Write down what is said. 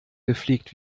gepflegt